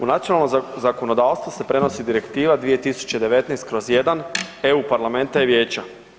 U nacionalno zakonodavstvo se prenosi direktiva 2019/1 EU parlamenta i Vijeća.